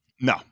No